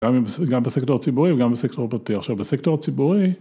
‫גם בסקטור הציבורי וגם בסקטור הפרטי. ‫עכשיו, בסקטור הציבורי...